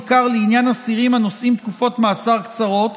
בעיקר לעניין אסירים הנושאים תקופות מאסר קצרות,